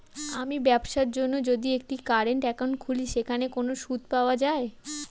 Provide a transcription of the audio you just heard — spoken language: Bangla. আমি ব্যবসার জন্য যদি একটি কারেন্ট একাউন্ট খুলি সেখানে কোনো সুদ পাওয়া যায়?